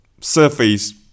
surface